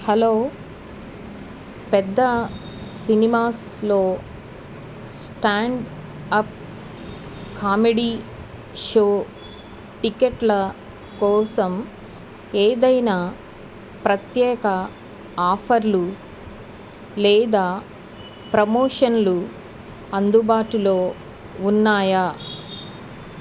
hello పెద్ద సినిమాస్లో stand up comedy show టిక్కెట్ల కోసం ఏదైనా ప్రత్యేక ఆఫర్లు లేదా ప్రమోషన్లు అందుబాటులో ఉన్నాయా